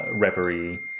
reverie